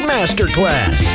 Masterclass